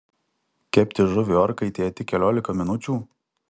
kepti žuvį orkaitėje tik keliolika minučių